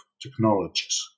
technologies